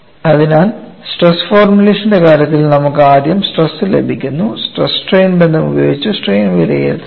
അതിനാൽ സ്ട്രെസ് ഫോർമുലേഷന്റെ കാര്യത്തിൽ നമുക്ക് ആദ്യം സ്ട്രെസ് ലഭിക്കുന്നു സ്ട്രെസ് സ്ട്രെയിൻ ബന്ധം ഉപയോഗിച്ച് സ്ട്രെയിൻ വിലയിരുത്തുക